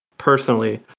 personally